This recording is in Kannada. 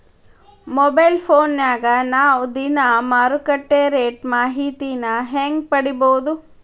ಮೊಬೈಲ್ ಫೋನ್ಯಾಗ ನಾವ್ ದಿನಾ ಮಾರುಕಟ್ಟೆ ರೇಟ್ ಮಾಹಿತಿನ ಹೆಂಗ್ ಪಡಿಬೋದು?